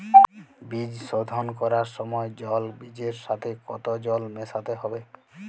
বীজ শোধন করার সময় জল বীজের সাথে কতো জল মেশাতে হবে?